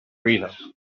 reason